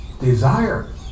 Desire